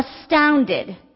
astounded